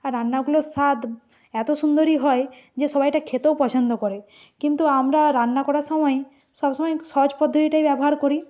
আর রান্নাগুলোর স্বাদ এত সুন্দরই হয় যে সবাই এটা খেতেও পছন্দ করে কিন্তু আমরা রান্না করার সময়ে সবসময় সহজ পদ্ধতিটাই ব্যবহার করি